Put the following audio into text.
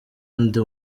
ndi